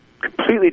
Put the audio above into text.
completely